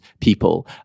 people